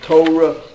Torah